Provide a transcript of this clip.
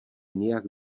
nějak